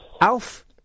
Alf